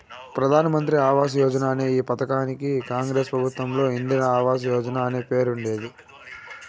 ప్రధాన్ మంత్రి ఆవాస్ యోజన అనే ఈ పథకానికి కాంగ్రెస్ ప్రభుత్వంలో ఇందిరా ఆవాస్ యోజన అనే పేరుండేది